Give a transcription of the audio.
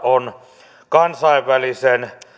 on kansainvälisen